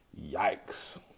Yikes